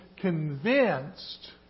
convinced